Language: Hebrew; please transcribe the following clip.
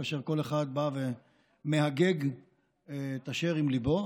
כאשר כל אחד בא ומהגג את אשר על ליבו.